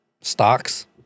stocks